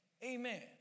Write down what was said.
Amen